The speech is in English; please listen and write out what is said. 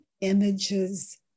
images